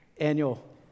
annual